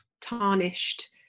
tarnished